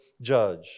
judge